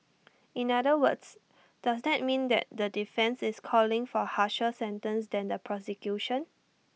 in other words does that mean that the defence is calling for harsher sentence than the prosecution